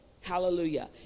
Hallelujah